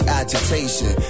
agitation